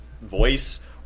voice